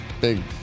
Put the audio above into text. Big